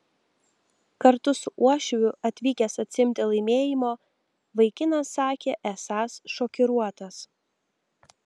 kartu su uošviu atvykęs atsiimti laimėjimo vaikinas sakė esąs šokiruotas